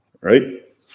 right